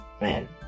Man